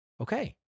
okay